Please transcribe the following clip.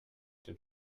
den